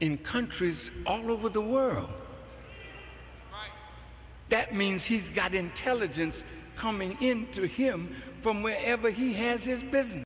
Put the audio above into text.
in countries all over the world that means he's got intelligence coming in to him from wherever he has his business